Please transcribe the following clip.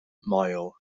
moel